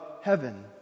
heaven